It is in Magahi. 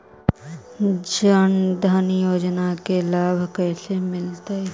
जन धान योजना के लाभ कैसे मिलतै?